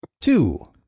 Two